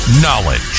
Knowledge